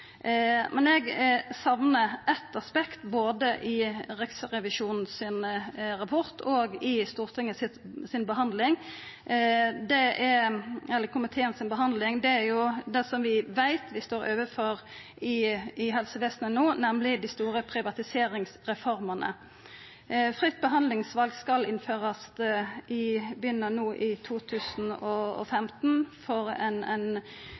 Men eg saknar eitt aspekt både i Riksrevisjonen sin rapport og i behandlinga i komiteen. Det er det som vi veit vi står overfor i helsevesenet no, nemleg dei store privatiseringsreformene. Fritt behandlingsval skal innførast, vi begynner no i 2015 for nokre område. Seinare i dag vedtar Stortinget å innføra pasientrettsdirektivet. Vi vil altså få ein